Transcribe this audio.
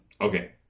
Okay